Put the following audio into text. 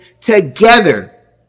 together